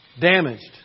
Damaged